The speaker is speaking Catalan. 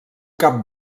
cap